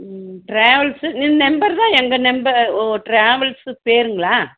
ம் travels number தான் எங்கள் நம்ம ஓ ட்ராவல்ஸு பேருங்களா